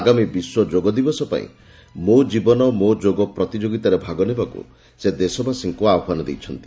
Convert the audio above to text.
ଆଗାମୀ ବିଶ୍ୱ ଯୋଗ ଦିବସ ପାଇଁ 'ମୋ ଜୀବନ ମୋ ଯୋଗ' ପ୍ରତିଯୋଗୀତାରେ ଭାଗ ନେବାକୁ ସେ ଦେଶବାସୀଙ୍କୁ ଆହ୍ୱାନ ଦେଇଛନ୍ତି